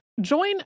Join